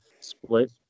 Split